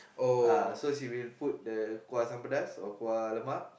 uh so she will put the kuah asam pedas or kuah lemak